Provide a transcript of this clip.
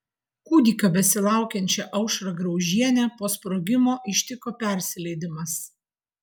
kūdikio besilaukiančią aušrą graužienę po sprogimo ištiko persileidimas